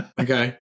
Okay